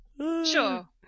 Sure